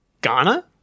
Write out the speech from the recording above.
Ghana